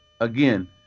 again